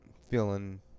feeling